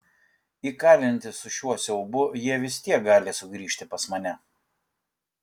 įkalinti su šiuo siaubu jie vis tiek gali sugrįžti pas mane